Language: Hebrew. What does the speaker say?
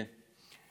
כן.